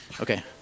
Okay